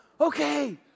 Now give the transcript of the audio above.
Okay